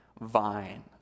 vine